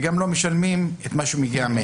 וגם לא משלמות מה שמגיע.